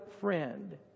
friend